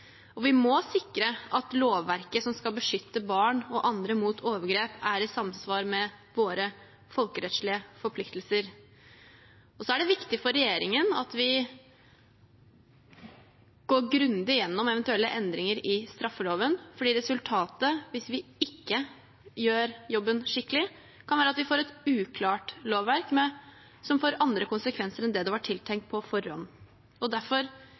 Vi må sikre at lovverket som skal beskytte barn og andre mot overgrep, er i samsvar med våre folkerettslige forpliktelser. Det er viktig for regjeringen at vi går grundig gjennom eventuelle endringer i straffeloven, for hvis vi ikke gjør jobben skikkelig, kan resultatet være at vi får et uklart lovverk som får andre konsekvenser enn det var tiltenkt på forhånd. Derfor mener jeg det ikke er riktig – over bordet og